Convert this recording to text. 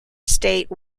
state